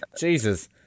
Jesus